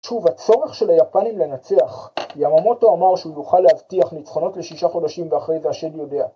שוב הצורך של היפנים לנצח. יממוטו אמר שהוא יוכל להבטיח ניצחונות לשישה חודשים ואחרי זה השד יודע